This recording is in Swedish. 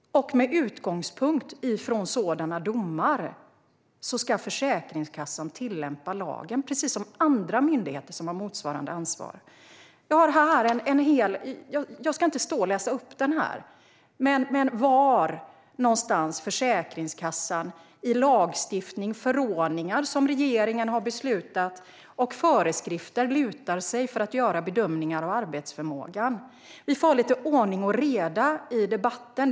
Med utgångspunkt från sådana domar ska Försäkringskassan tillämpa lagen, precis som andra myndigheter som har motsvarande ansvar. Jag ska inte stå och läsa upp hela det papper jag har här, men det handlar om den lagstiftning, de förordningar - som regeringen har beslutat om - och de föreskrifter som Försäkringskassan lutar sig mot för att göra bedömningar av arbetsförmågan. Vi får ha lite ordning och reda i debatten.